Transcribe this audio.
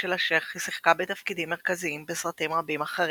של "השייח" היא שיחקה בתפקידים מרכזיים בסרטים רבים אחרים,